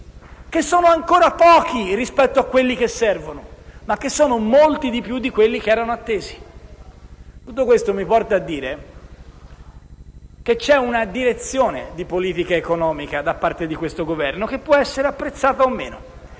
Sono ancora pochi rispetto a quelli che servono, ma sono anche molti di più di quelli che erano attesi. Tutto questo mi porta a dire che c'è una direzione di politica economica indicata da questo Governo che può essere apprezzata o meno